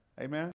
Amen